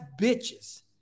bitches